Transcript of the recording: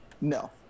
No